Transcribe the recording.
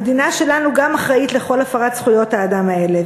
המדינה שלנו גם אחראית לכל הפרת זכויות האדם האלה.